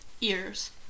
ears